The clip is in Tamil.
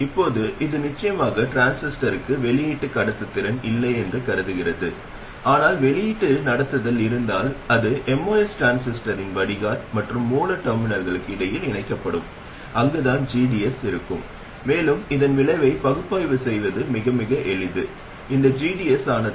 இப்போது இது ஒரு மின்னழுத்தம் கட்டுப்படுத்தப்பட்ட தற்போதைய ஆதாரமாக இருந்தாலும் இது மின்னழுத்த வெளியீட்டில் பயன்படுத்தப்படுகிறது மின்னோட்டத்திற்கு பதிலாக வெளியீட்டு மின்னழுத்தத்தை நீங்கள் அளவிடுகிறீர்கள் அதைச் செய்வது மிகவும் எளிதானது